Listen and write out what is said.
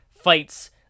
fights